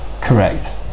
Correct